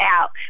out